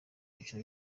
byiciro